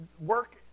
work